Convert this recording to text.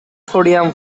podium